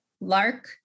Lark